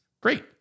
great